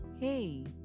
Hey